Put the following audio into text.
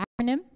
acronym